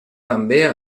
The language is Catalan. també